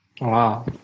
Wow